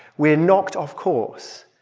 we are knocked off course.